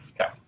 Okay